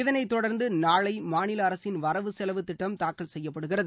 இதனை தொடர்ந்து நாளை மாநில அரசின் வரவு செலவு திட்டம் தாக்கல் செய்யப்படுகிறது